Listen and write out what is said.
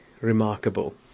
remarkable